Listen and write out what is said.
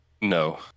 No